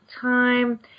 time